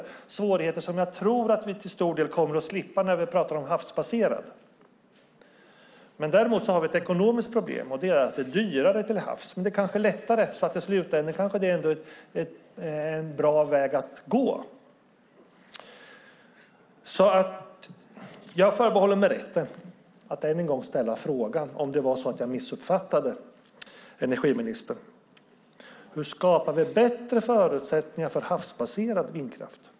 Det är svårigheter som jag tror att vi till stor del kommer att slippa när det gäller havsbaserad vindkraft. Däremot har vi ett ekonomiskt problem. Det är nämligen dyrare till havs. Men det kanske är lättare så att det i slutänden ändå är en bra väg att gå. Jag kanske missuppfattade energiministern, så jag förbehåller mig rätten att än en gång fråga: Hur skapar vi bättre förutsättningar för havsbaserad vindkraft?